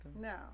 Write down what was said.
No